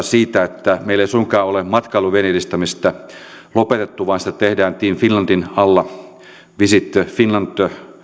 siitä että meillä ei suinkaan ole matkailun vienninedistämistä lopetettu vaan sitä tehdään team finlandin alla visit finland